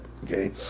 okay